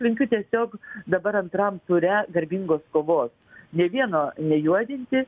linkiu tiesiog dabar antram ture garbingos kovos nė vieno nejuodinti